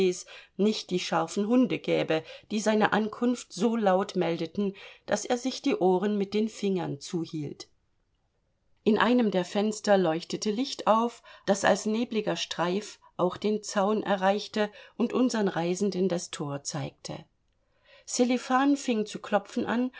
nicht die scharfen hunde gäbe die seine ankunft so laut meldeten daß er sich die ohren mit den fingern zuhielt in einem der fenster leuchtete licht auf das als nebliger streif auch den zaun erreichte und unsern reisenden das tor zeigte sselifan fing zu klopfen an